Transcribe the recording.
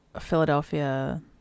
philadelphia